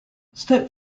step